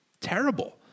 Terrible